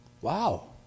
Wow